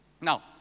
now